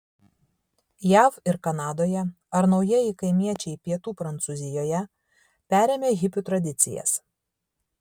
jav ir kanadoje ar naujieji kaimiečiai pietų prancūzijoje perėmę hipių tradicijas